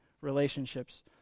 relationships